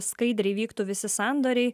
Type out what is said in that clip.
skaidriai vyktų visi sandoriai